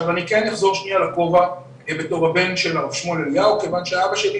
אני כן אחזור שנייה לכובע בתור הבן של הרב שמואל אליהו כיוון שאבא שלי